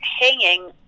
hanging